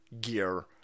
gear